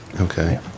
Okay